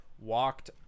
walked